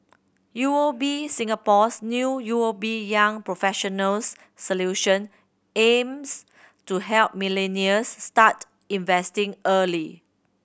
U O B Singapore's new U O B Young Professionals Solution aims to help millennials start investing early